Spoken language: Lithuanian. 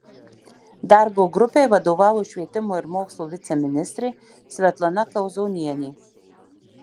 darbo grupei vadovavo švietimo ir mokslo viceministrė svetlana kauzonienė